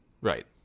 Right